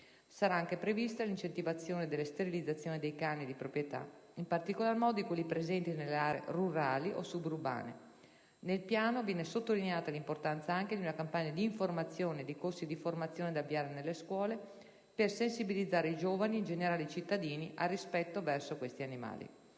Sarà anche prevista l'incentivazione delle sterilizzazioni dei cani di proprietà, in particolar modo di quelli presenti nelle aree rurali o suburbane. Nel Piano viene sottolineata l'importanza anche di una campagna di informazione e dei corsi di formazione, da avviare nelle scuole, per sensibilizzare i giovani e in generale i cittadini al rispetto verso questi animali.